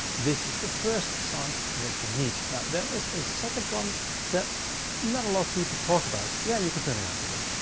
this is the first size that you need. now, there is a second one that not a lot of people talk about. yeah, you can turn around again.